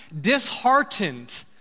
disheartened